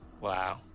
Wow